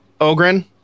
Ogren